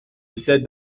j’étais